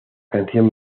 canción